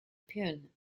pune